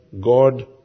God